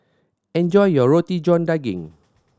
enjoy your Roti John Daging